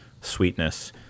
sweetness